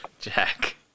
Jack